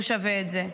הוא שווה את זה.